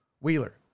Wheeler